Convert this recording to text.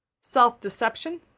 Self-deception